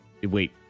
wait